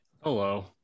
hello